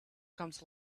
comes